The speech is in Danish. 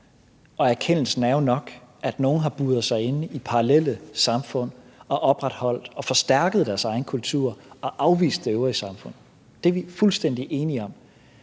erkendelsen er jo nok, at nogle har buret sig inde i parallelle samfund og opretholdt og forstærket deres egen kultur og afvist det øvrige samfund. Det er vi fuldstændig enige om.